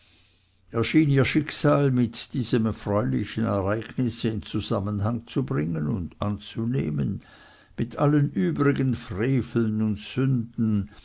schien ihr schicksal mit diesem erfreulichen ereignisse in zusammenhang zu bringen und anzunehmen mit allen übrigen freveln und sünden